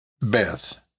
Beth